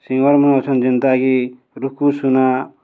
ସିଙ୍ଗର୍ମନେ ଅଛନ୍ ଯେନ୍ତାକି ରୁକୁ ସୁନା